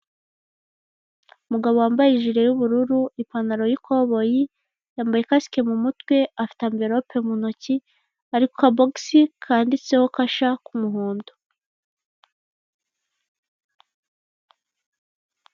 Umugabo wambaye ijire y'ubururu ipantaro y'ikoboyi, yambaye kasike mu mutwe, afite anvelope mu ntoki, ari ku kabogisi kanditseho kasha k'umuhondo.